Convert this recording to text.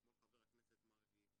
אתמול חבר הכנסת מרגי,